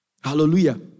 Hallelujah